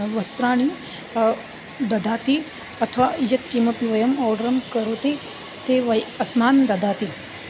वस्त्राणि ददाति अथवा यत् किमपि वयम् आर्डरं करोति ते वय् अस्मान् ददाति